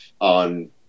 on